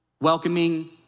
welcoming